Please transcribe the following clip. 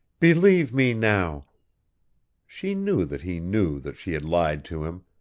believe me now she knew that he knew that she had lied to him,